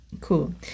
Cool